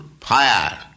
fire